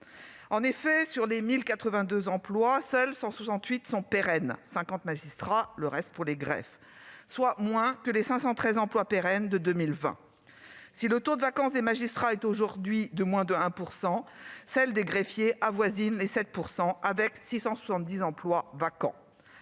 En effet, sur ces 1 082 emplois, seuls 168 sont pérennes- 50 magistrats, le reste pour les greffes -, soit moins que les 513 emplois pérennes créés en 2020. Si le taux de vacance des magistrats est aujourd'hui de moins de 1 %, celui des greffiers avoisine les 7 %, avec 670 emplois vacants.